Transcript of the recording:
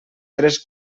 tres